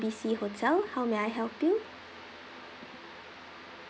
B C hotel how may I help you